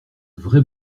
vrais